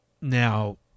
Now